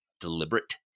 deliberate